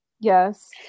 Yes